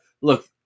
Look